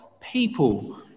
people